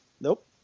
Nope